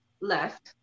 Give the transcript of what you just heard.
left